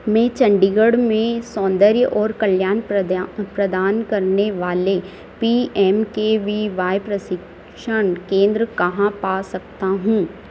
मैं चण्डीगढ़ में सौन्दर्य और कल्याण प्रदन प्रदान करने वाले P M K V Y प्रशिक्षण केन्द्र कहाँ पा सकता हूँ